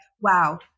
wow